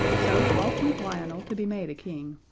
so off went lionel to be made a king.